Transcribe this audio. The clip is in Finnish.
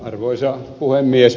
arvoisa puhemies